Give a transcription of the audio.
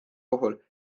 puhul